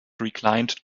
reclined